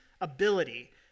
ability